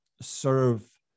serve